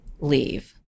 leave